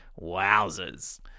Wowzers